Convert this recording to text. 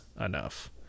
enough